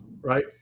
right